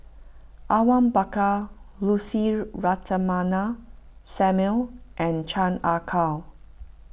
Awang Bakar Lucy Ratnammah Samuel and Chan Ah Kow